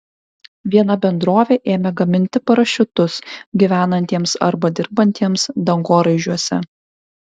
viena bendrovė ėmė gaminti parašiutus gyvenantiems arba dirbantiems dangoraižiuose